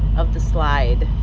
of the slide.